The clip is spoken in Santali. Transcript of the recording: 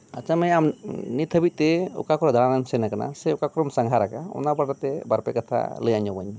ᱟᱪᱷᱟ ᱢᱟᱹᱭ ᱟᱢ ᱱᱤᱛᱦᱟᱹᱵᱤᱡ ᱛᱮ ᱚᱠᱟᱠᱚᱨᱮ ᱫᱟᱲᱟᱱᱮᱢ ᱥᱮᱱ ᱟᱠᱟᱱᱟ ᱥᱮ ᱚᱠᱟᱠᱚᱨᱮᱢ ᱥᱟᱸᱜᱷᱟᱨ ᱟᱠᱟᱫᱟ ᱚᱱᱟ ᱵᱟᱵᱚᱫ ᱛᱮ ᱵᱟᱨᱯᱮ ᱠᱟᱛᱷᱟ ᱞᱟᱹᱭ ᱟᱸᱡᱚᱢᱟᱹᱧ ᱢᱮ